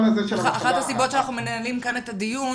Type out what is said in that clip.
אחת הסיבות שאנחנו מנהלים כאן את הדיון